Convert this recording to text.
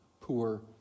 poor